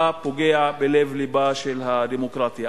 אתה פוגע בלב-לבה של הדמוקרטיה.